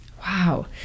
Wow